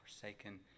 forsaken